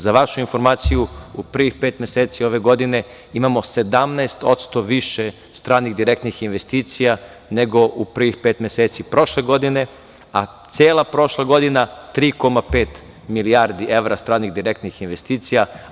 Za vašu informaciju, u prvih pet meseci ove godine imamo 17% više stranih direktnih investicija, nego u prvih meseci prošle godine, a cela prošla godina 3,5 milijardi evra stranih direktnih investicija.